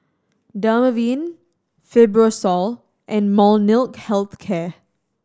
Dermaveen Fibrosol and Molnylcke Health Care